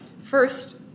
First